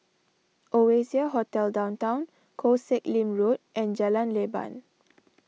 Oasia Hotel Downtown Koh Sek Lim Road and Jalan Leban